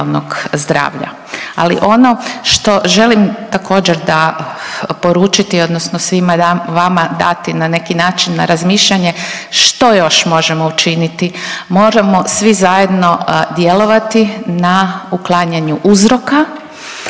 Ali ono što želim također da poručiti odnosno svima vama dati na neki način na razmišljanje što još možemo učiniti, možemo svi zajedno djelovati na uklanjanju uzroka,